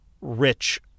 rich